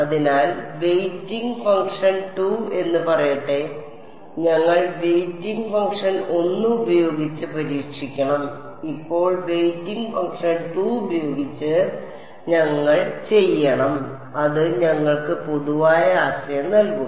അതിനാൽ weighting function 2 എന്ന് പറയട്ടെ ഞങ്ങൾ വെയ്റ്റിംഗ് ഫംഗ്ഷൻ 1 ഉപയോഗിച്ച് പരീക്ഷിക്കണം ഇപ്പോൾ വെയ്റ്റിംഗ് ഫംഗ്ഷൻ 2 ഉപയോഗിച്ച് ഞങ്ങൾ ചെയ്യണം അത് ഞങ്ങൾക്ക് പൊതുവായ ആശയം നൽകും